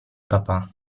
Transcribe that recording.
papà